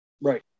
Right